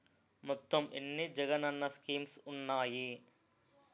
మొత్తం ఎన్ని జగనన్న స్కీమ్స్ ఉన్నాయి?